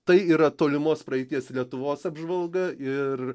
tai yra tolimos praeities lietuvos apžvalga ir